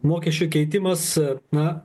mokesčių keitimas na